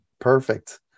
Perfect